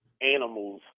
Animals